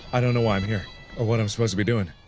i don't know why i'm here or what i'm supposed to be doing.